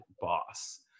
boss